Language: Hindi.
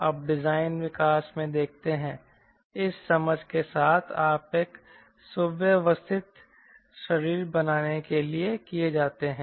आप डिजाइन विकास में देखते हैं इस समझ के साथ आप एक सुव्यवस्थित शरीर बनाने के लिए किए जाते हैं